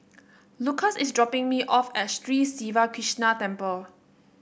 Lucas is dropping me off at Street Siva Krishna Temple